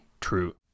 true